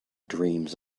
dreams